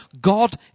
God